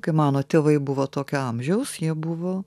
kai mano tėvai buvo tokio amžiaus jie buvo